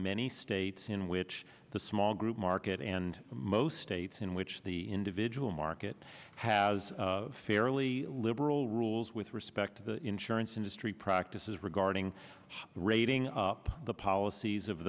many states in which the small group market and most states in which the individual market has fairly liberal rules with respect to the insurance industry practices regard rating up the policies of